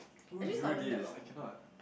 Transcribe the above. who drew this I cannot